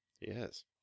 Yes